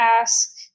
ask